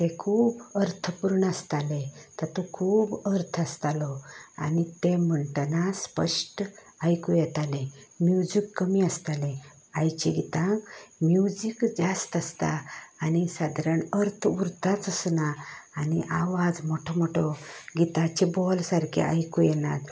तें खूब अर्थपूर्ण आसतालें तातूंत खूब अर्थ आसतालो आनी तें म्हणटना स्पश्ट आयकूं येतालें म्युजीक कमी आसतालें आयच्या गितांत म्युजीक जास्त आसता आनी सादारण अर्थ उरताच असो ना आनी आवाज मोटो मोटो गिताचे बोल सारकें आयकूंक येनांत